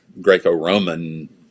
Greco-Roman